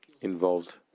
involved